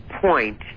point